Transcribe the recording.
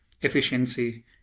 efficiency